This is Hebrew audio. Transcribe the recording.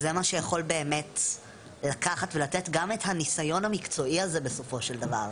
זה מה שיכול לקחת ולתת גם את הניסיון המקצועי הזה בסופו של דבר.